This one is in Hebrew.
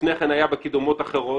ולפני כן היה בקידומות אחרות,